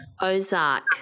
Ozark